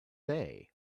day